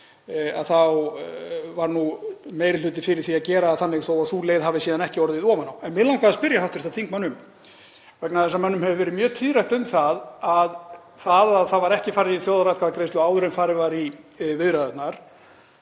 á þá var nú meiri hluti fyrir því að gera það þannig þó að sú leið hafi síðan ekki orðið ofan á. En mig langaði að spyrja hv. þingmann, vegna þess að mönnum hefur verið mjög tíðrætt um það að það var ekki farið í þjóðaratkvæðagreiðslu áður en farið var í viðræðurnar: